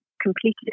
completed